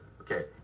Okay